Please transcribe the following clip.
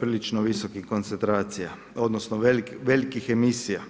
prilično visokih koncentracija, odnosno velikih emisija.